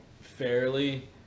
fairly